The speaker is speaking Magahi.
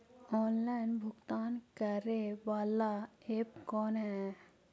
ऑनलाइन भुगतान करे बाला ऐप कौन है?